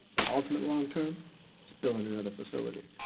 ultimate long term is building another facility.